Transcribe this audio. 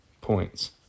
points